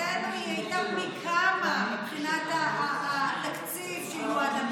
בתקופתנו היא הייתה פי כמה מבחינת התקציב שהיא יועדה,